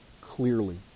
clearly